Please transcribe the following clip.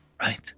right